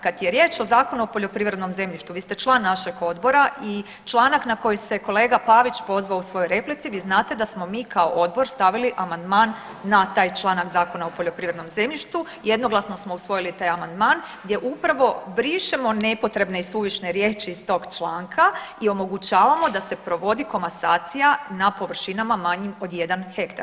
Kad je riječ o Zakonu o poljoprivrednom zemljištu, vi ste član našeg odbora i članak na koji se kolega Pavić pozvao u svojoj replici vi znate da smo mi kao odbor stavili amandman na taj članak Zakona o poljoprivrednom zemljištu, jednoglasno smo usvojili taj amandman gdje upravo brišemo nepotrebne i suvišne riječi iz tog članka i omogućavamo da se provodi komasacija na površinama manjim od jedan hektar.